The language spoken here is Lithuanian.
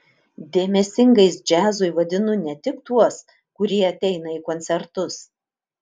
dėmesingais džiazui vadinu ne tik tuos kurie ateina į koncertus